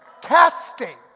Casting